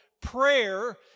prayer